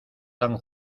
tan